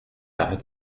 daher